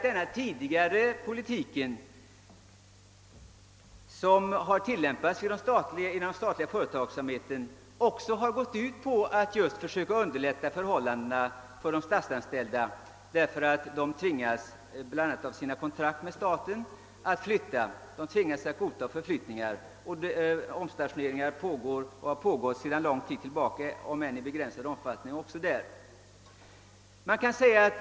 Den politik som tidigare tilllämpats inom den statliga företagsamheten har också gått ut på att försöka underlätta förhållandena för de statsanställda, som bl.a. genom sina kontrakt med staten tvingas godta förflyttningar. Om stationeringar förekommer och har sedan lång tid tillbaka förekommit även inom denna sektor, om än i begränsad omfattning.